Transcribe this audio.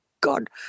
God